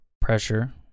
pressure